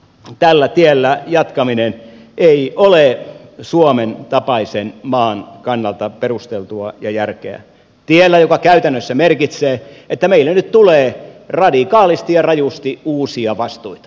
tällä tiellä jatkaminen ei ole suomen tapaisen maan kannalta perusteltua ja järkevää tiellä joka käytännössä merkitsee että meille nyt tulee radikaalisti ja rajusti uusia vastuita